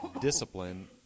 discipline